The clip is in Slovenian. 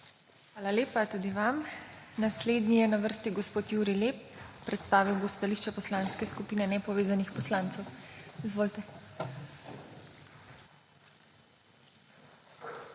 Hvala lepa. Naslednji je na vrsti gospod Jurij Lep. Predstavil bo stališče Poslanske skupine nepovezanih poslancev. Izvolite.